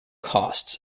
costs